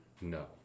No